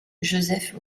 joseph